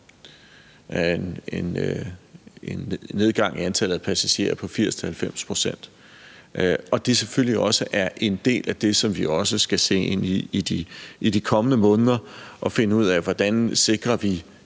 en nedgang i antallet af passagerer på 80-90 pct. Det er selvfølgelig en del af det, som vi også skal se ind i i de kommende måneder og finde ud af, hvordan vi sikrer de